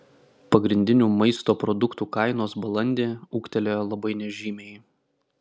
pagrindinių maisto produktų kainos balandį ūgtelėjo labai nežymiai